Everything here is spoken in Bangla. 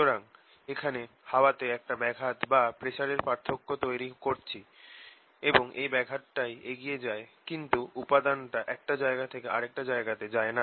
সুতরাং এখানে হাওয়াতে একটা ব্যাঘাত বা প্রেসার পার্থক্য তৈরি করছি এবং এই ব্যাঘাতটাই এগিয়ে যায় কিন্তু উপাদানটা একটা জায়গা থেকে আরেকটা জায়গাতে যায় না